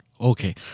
Okay